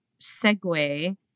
segue